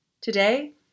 Today